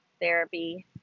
therapy